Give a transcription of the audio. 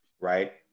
Right